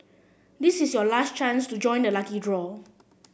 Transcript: this is your last chance to join the lucky draw